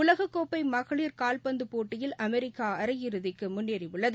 உலகக்கோப்பை மகளிர் கால்பந்து போட்டியில் அமெரிக்கா அரையிறுதிக்கு முன்னேறியுள்ளது